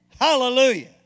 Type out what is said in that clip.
Hallelujah